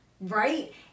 Right